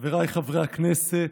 חבריי חברי הכנסת,